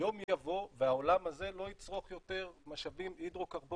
יום יבוא והעולם הזה לא יצרוך יותר משאבים הידרוקרבונים.